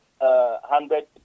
hundred